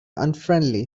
unfriendly